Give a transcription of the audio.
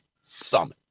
Summit